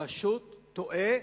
פשוט טועה